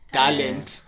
talent